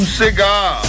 cigar